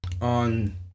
On